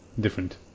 different